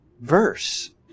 verse